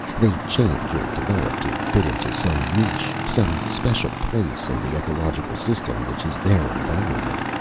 they change or develop to fit into some niche, some special place in the ecological system which is their environment.